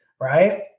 right